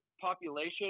population